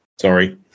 sorry